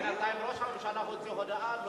בינתיים ראש הממשלה הוציא הודעה,